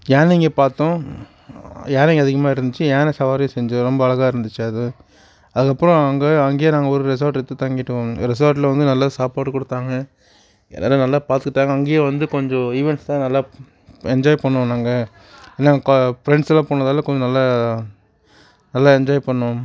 யானைங்கள் பார்த்தோம் யானைங்கள் அதிகமாக இருந்துச்சு யானை சவாரி செஞ்சோம் ரொம்ப அழகாக இருந்துச்சு அது அதுக்கு அப்புறம் அங்கே அங்கேயே நாங்கள் ஒரு ரெஸார்ட் எடுத்து தங்கிவிட்டோம் ரெஸார்ட்டில் வந்து நல்லா சாப்பாடு கொடுத்தாங்க எல்லாேரும் நல்லா பார்த்துக்கிட்டாங்க அங்கேயே வந்து கொஞ்சம் ஈவன்ட்ஸ்யெலாம் நல்லா என்ஜாய் பண்ணிணோம் நாங்கள் ஃபரெண்ட்ஸ் எல்லாம் போனதால் கொஞ்சம் நல்லா நல்லா என்ஜாய் பண்ணிணோம்